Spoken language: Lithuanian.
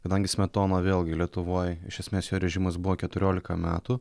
kadangi smetona vėlgi lietuvoj iš esmės jo režimas buvo keturiolika metų